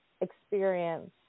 experience